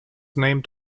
named